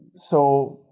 so,